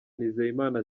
nizeyimana